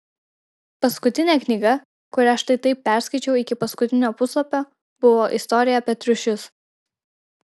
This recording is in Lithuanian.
paskutinė knyga kurią štai taip perskaičiau iki paskutinio puslapio buvo istorija apie triušius